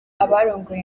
abarongoye